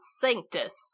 Sanctus